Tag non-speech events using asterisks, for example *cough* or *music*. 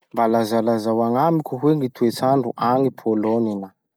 Mba lazalazao agnamiko hoe gny toetsandro agny Polonina? *noise*